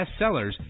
bestsellers